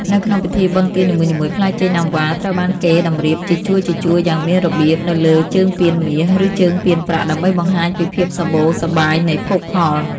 នៅក្នុងពិធីបុណ្យទាននីមួយៗផ្លែចេកណាំវ៉ាត្រូវបានគេតម្រៀបជាជួរៗយ៉ាងមានរបៀបនៅលើជើងពានមាស ឬជើងពានប្រាក់ដើម្បីបង្ហាញពីភាពសម្បូរសប្បាយនៃភោគផល។